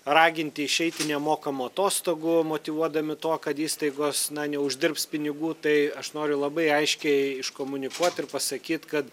raginti išeiti nemokamų atostogų motyvuodami tuo kad įstaigos neuždirbs pinigų tai aš noriu labai aiškiai iškomunikuot ir pasakyt kad